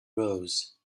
rose